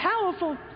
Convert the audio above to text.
powerful